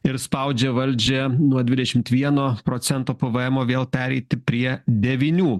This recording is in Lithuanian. ir spaudžia valdžią nuo dvidešimt vieno procento pvmo vėl pereiti prie devynių